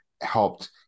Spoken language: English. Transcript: helped